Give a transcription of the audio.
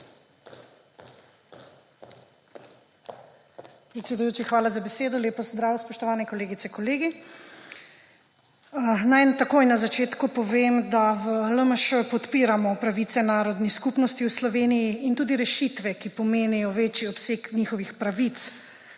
Predsedujoči, hvala za besedo. Lep pozdrav, spoštovane kolegice, kolegi! Naj takoj na začetku povem, da v LMŠ podpiramo pravice narodnih skupnosti v Sloveniji in tudi rešitve, ki pomenijo večji obseg njihovih pravic.